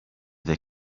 they